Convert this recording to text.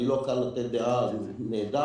אני לא כאן להביע דעה שזה יהיה נהדר